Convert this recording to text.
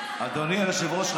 אדוני היושב-ראש,